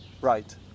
right